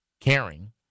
caring